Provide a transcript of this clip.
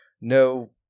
No